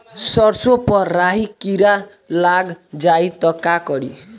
सरसो पर राही किरा लाग जाई त का करी?